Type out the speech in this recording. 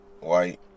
white